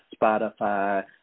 Spotify